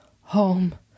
Home